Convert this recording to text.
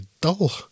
dull